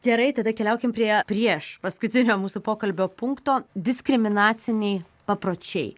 gerai tada keliaukim prie prieš paskutinio mūsų pokalbio punkto diskriminaciniai papročiai